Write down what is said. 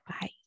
Bye